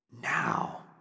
Now